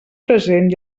present